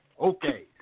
Okay